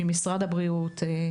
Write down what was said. משרד הבריאות,